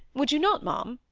would you not, ma'am